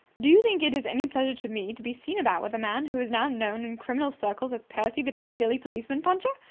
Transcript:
do you think it is any pleasure to me to be seen about with a man who is now known in criminal circles as percy, the piccadilly policeman-puncher?